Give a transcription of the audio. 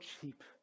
cheap